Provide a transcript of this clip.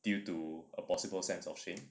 due to a possible sense of shame